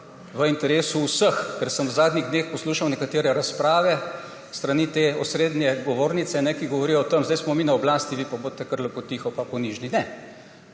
v interesu vseh. Ker sem v zadnjih dneh poslušal nekatere razprave za to osrednjo govornico, ki govorijo o tem: zdaj smo mi na oblasti, vi pa bodite kar lepo tiho in ponižni. Ne,